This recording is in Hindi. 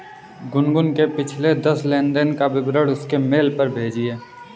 गुनगुन के पिछले दस लेनदेन का विवरण उसके मेल पर भेजिये